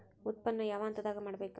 ಉತ್ಪನ್ನ ಯಾವ ಹಂತದಾಗ ಮಾಡ್ಬೇಕ್?